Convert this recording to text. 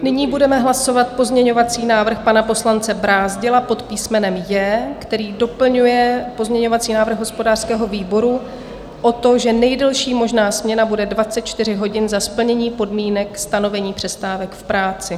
Nyní budeme hlasovat pozměňovací návrh pana poslance Brázdila pod písmenem J, který doplňuje pozměňovací návrh hospodářského výboru o to, že nejdelší možná směna bude 24 hodin za splnění podmínek stanovení přestávek v práci.